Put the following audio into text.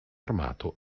armato